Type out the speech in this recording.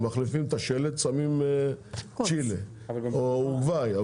הם מחליפים את השלט שמים צ'ילה או אורוגוואי.